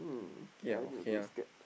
ya okay ah